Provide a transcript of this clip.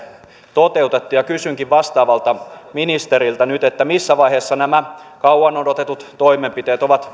toteutettu ja kysynkin vastaavalta ministeriltä nyt missä vaiheessa nämä kauan odotetut toimenpiteet ovat